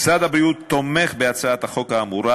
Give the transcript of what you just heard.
משרד הבריאות תומך בהצעת החוק האמורה.